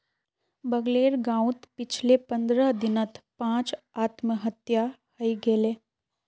बगलेर गांउत पिछले पंद्रह दिनत पांच आत्महत्या हइ गेले